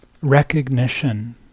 recognition